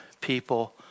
people